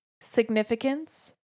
significance